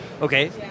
Okay